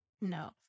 no